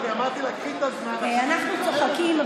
אנחנו צוחקים,